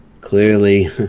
clearly